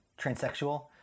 transsexual